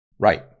Right